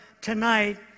tonight